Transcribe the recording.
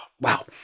wow